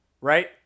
right